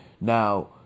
Now